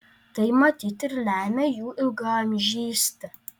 tai matyt ir lemia jų ilgaamžystę